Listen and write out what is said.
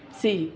ਸੀ